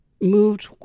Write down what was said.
moved